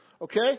Okay